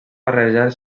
barrejar